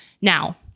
Now